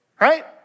right